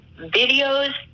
videos